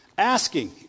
Asking